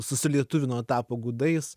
susilietuvino tapo gudais